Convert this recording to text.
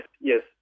yes